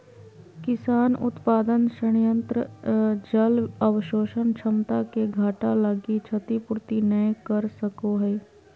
किसान उत्पादन संयंत्र जल अवशोषण क्षमता के घटा लगी क्षतिपूर्ति नैय कर सको हइ